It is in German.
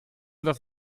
das